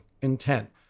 intent